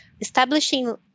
Establishing